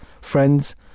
friends